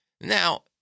Now